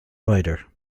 rider